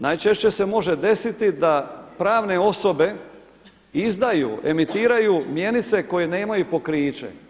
Najčešće se može desiti da pravne osobe izdaju, emitiraju mjenice koje nemaju pokriće.